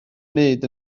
wneud